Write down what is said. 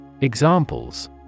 Examples